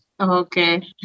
Okay